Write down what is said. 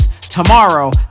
tomorrow